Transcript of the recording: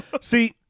See